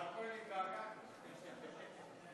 מר כהן, התגעגענו.